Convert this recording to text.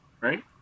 right